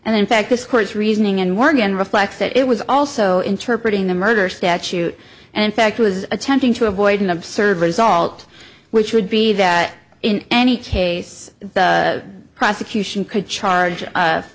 and in fact this court's reasoning and work and reflects that it was also interpreted in the murder statute and in fact was attempting to avoid an absurd result which would be that in any case the prosecution could charge